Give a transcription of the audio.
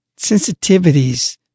sensitivities